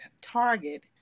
target